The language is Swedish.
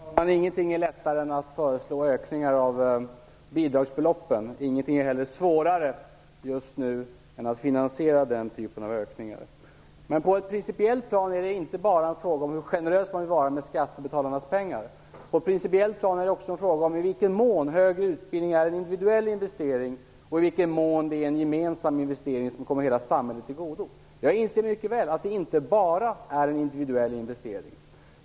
Herr talman! Ingenting är lättare än att föreslå ökningar av bidragsbeloppen. Ingenting är heller just nu svårare än att finansiera den typen av ökningar. Men det är på ett principiellt plan inte bara fråga om hur generös man skall vara med skattebetalarnas pengar utan också en fråga om högre utbildning är en individuell investering och i vilken mån det gäller en gemensam investering, som kommer hela samhället till godo. Jag inser mycket väl att det inte bara är en individuell investering.